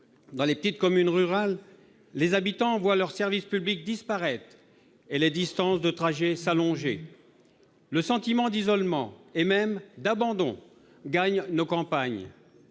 Dans les petites communes rurales, les habitants voient leurs services publics disparaître et les distances de trajet s'allonger. Le sentiment d'isolement, et même d'abandon, gagne nos campagnes.